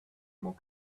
more